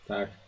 Tak